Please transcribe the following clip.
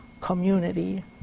community